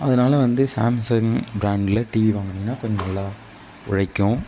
அதனால வந்து சாம்சங் ப்ராண்டில் வந்து டிவி வாங்கினீங்கன்னா கொஞ்சம் நல்லா உழைக்கும்